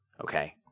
Okay